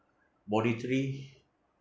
monetary